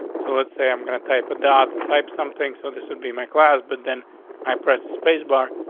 so let's say i'm gonna type a dot type something so this would be my class, but then i press the space bar,